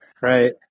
Right